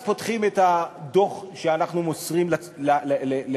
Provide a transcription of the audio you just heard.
אז פותחים את הדוח שאנחנו מוסרים לכנסת,